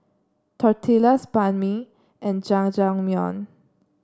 Tortillas Banh Mi and Jajangmyeon